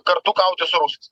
kartu kautis su rusais